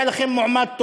היה לכם מועמד טוב,